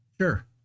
Sure